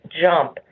jump